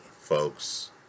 folks